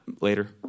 later